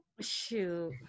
Shoot